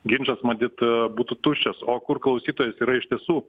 ginčas matyt būtų tuščias o kur klausytojas yra iš tiesų